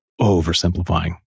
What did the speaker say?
oversimplifying